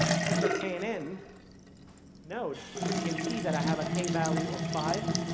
user knn node, you can see that i have a k value of five,